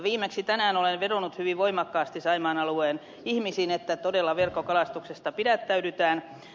viimeksi tänään olen vedonnut hyvin voimakkaasti saimaan alueen ihmisiin että todella verkkokalastuksesta pidättäydytään